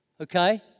okay